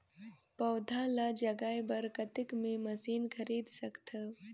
पौधा ल जगाय बर कतेक मे मशीन खरीद सकथव?